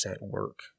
work